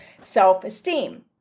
self-esteem